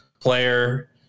Player